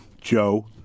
Joe